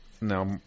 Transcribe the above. now